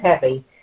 heavy